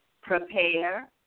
prepare